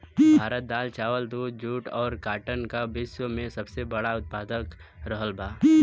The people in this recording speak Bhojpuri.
भारत दाल चावल दूध जूट और काटन का विश्व में सबसे बड़ा उतपादक रहल बा